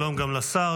שלום גם לשר.